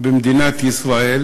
במדינת ישראל,